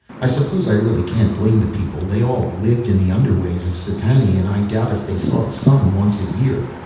i suppose i really can't blame the people, they all lived in the underways of setani and i doubt if they saw the sun once a year.